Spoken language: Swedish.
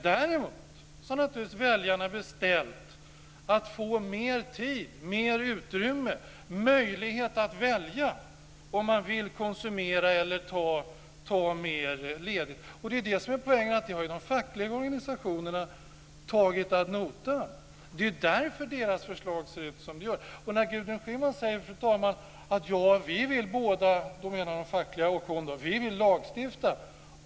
Däremot har väljarna naturligtvis beställt att få mer tid och mer utrymme och möjlighet att välja om de vill konsumera eller ta mer ledighet. Det som är poängen är att de fackliga organisationerna har tagit detta ad notam. Det är därför som deras förslag ser ut som det gör. Gudrun Schyman säger att de vill båda - facket och hon - lagstifta.